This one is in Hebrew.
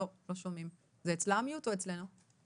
אני